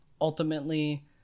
Ultimately